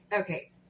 okay